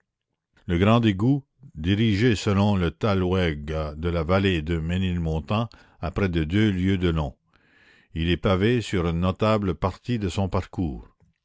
le grand égout dirigé selon le thalweg de la vallée de ménilmontant a près de deux lieues de long il est pavé sur une notable partie de son parcours